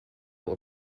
will